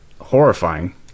horrifying